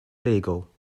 legal